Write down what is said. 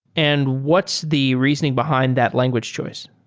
and what's the reasoning behind that language choice?